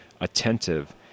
attentive